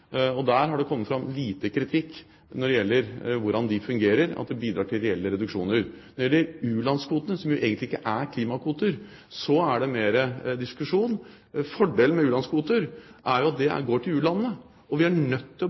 det har kommet fram lite kritikk når det gjelder hvordan de fungerer, at de bidrar til reelle reduksjoner – og u-landskvotene, som egentlig ikke er klimakvoter. Der er det mer diskusjon. Fordelen med u-landskvoter er jo at de går til u-landene, og vi er nødt til å